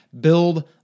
build